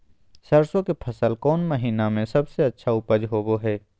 सरसों के फसल कौन महीना में सबसे अच्छा उपज होबो हय?